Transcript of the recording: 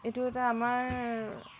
এইটো এটা আমাৰ